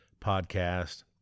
podcast